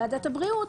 היא ועדת הבריאות,